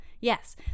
Yes